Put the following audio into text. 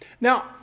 Now